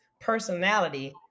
personality